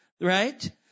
right